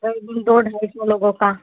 करीबन दो ढाई सौ लोगों का